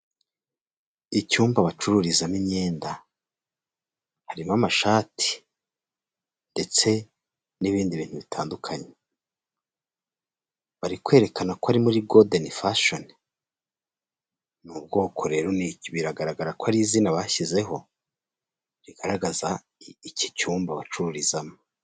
Icyumba bacururizamo imyenda, harimo amashati ndetse n'ibindi bintu bitandukanye, bari kwerekana ko ari muri Golden fashion, biragaragara ko ari izina bashyizeho, rigaragaza iki cyumba bacururizamo.